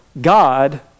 God